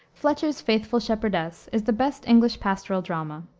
fletcher's faithful shepherdess is the best english pastoral drama.